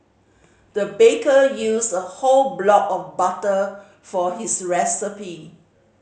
the baker used a whole block of butter for his recipe